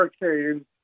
hurricanes